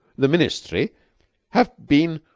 the ministry have been